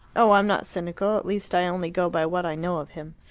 oh, i'm not cynical least i only go by what i know of him.